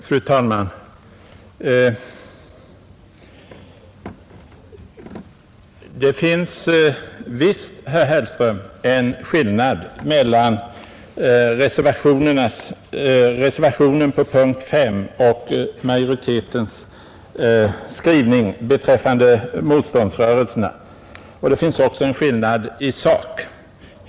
Fru talman! Det finns visst, herr Hellström, en skillnad mellan reservationen vid punkten 5 och majoritetens skrivning beträffande motståndsrörelserna, och det finns också en skillnad i sak.